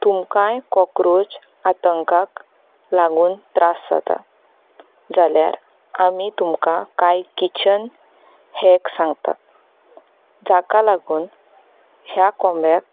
तुमकांय cockroach आतंकाक लागून त्रास जाता जाल्यार आमी तुमकां कांय किचन हॅक सांगतात जाका लागून ह्या कोंब्याक